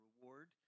reward